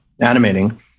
animating